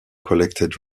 collected